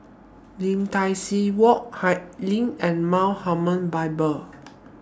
Lim Tai See Walk High LINK and Mount Hermon Bible